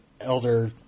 elder